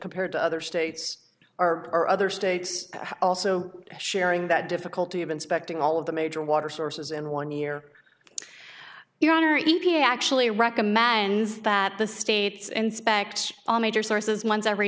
compared to other states or or other states also sharing that difficulty of inspecting all of the major water sources in one year your honor e p a actually recommends that the states inspect all major sources once every